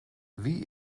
wie